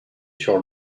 sur